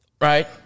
Right